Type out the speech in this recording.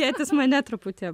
tėtis mane truputį